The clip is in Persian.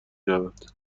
شود